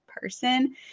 person